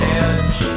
edge